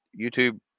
YouTube